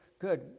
Good